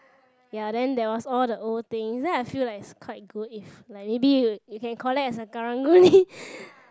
ya then there was all the old things then I feel like it's quite good if like maybe you you can collect as a Karang-Guni